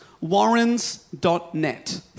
Warrens.net